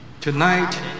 tonight